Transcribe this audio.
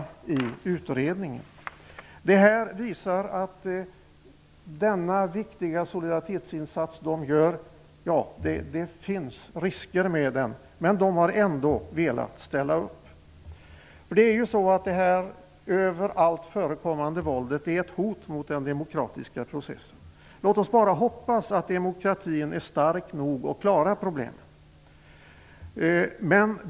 Det här visar att det finns risker med den viktiga solidaritetsinsats som dessa personer gör, men de har ändå velat ställa upp. Det överallt förekommande våldet är ett hot mot den demokratiska processen. Låt oss bara hoppas att demokratin är stark nog att klara problemen.